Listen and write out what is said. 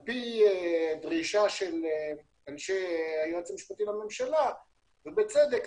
על פי דרישה של אנשי היועץ המשפטי לממשלה ובצדק,